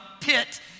pit